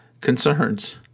concerns